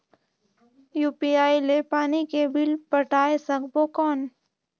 UPI ले पानी के बिल पटाय सकबो कौन?